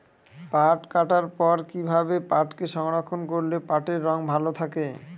পাট কাটার পর কি ভাবে পাটকে সংরক্ষন করলে পাটের রং ভালো থাকে?